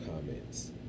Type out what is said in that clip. comments